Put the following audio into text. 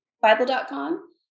Bible.com